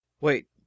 Wait